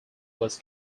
was